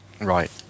Right